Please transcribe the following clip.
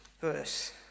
verse